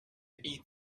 eat